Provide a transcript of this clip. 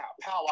power